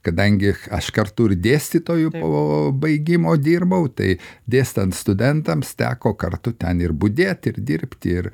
kadangi aš kartu ir dėstytoju po baigimo dirbau tai dėstant studentams teko kartu ten ir budėt ir dirbti ir